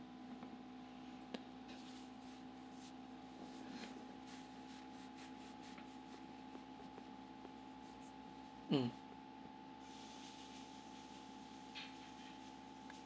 mm